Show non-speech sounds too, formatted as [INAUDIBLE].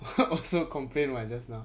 [LAUGHS] also complain [what] just now